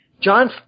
John